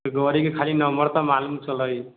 गाड़ीके खाली नम्बर टा मालूम छलै